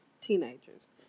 teenagers